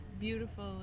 beautiful